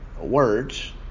words